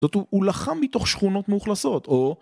זאת הוא הוא לחם מתוך שכונות מאוכלסות או